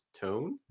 tone